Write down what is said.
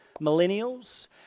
millennials